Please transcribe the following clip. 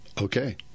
okay